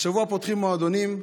השבוע פותחים מועדונים,